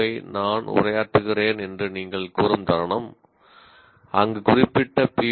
வை நான் உரையாற்றுகிறேன் என்று நீங்கள் கூறும் தருணம் அங்கு குறிப்பிட்ட பி